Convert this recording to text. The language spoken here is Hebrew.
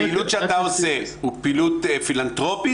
הפעילות שאתה עושה היא פעילות פילנטרופית